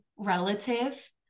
relative